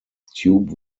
tube